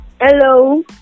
Hello